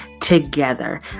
together